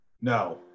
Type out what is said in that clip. No